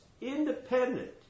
independent